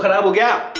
but i will go